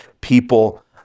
people